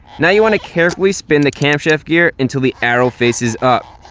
now you want to carefully spin the camshaft gear until the arrow faces up.